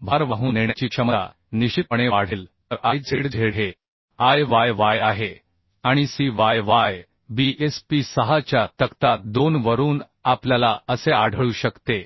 तर भार वाहून नेण्याची क्षमता निश्चितपणे वाढेल तर I z z हे I y y आहे आणि C Y Y B S P 6 च्या तक्ता 2 वरून आपल्याला असे आढळू शकते